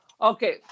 Okay